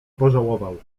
pożałował